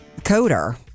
coder